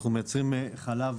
אנחנו מייצרים חלב